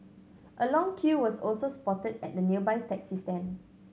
a long queue was also spotted at the nearby taxi stand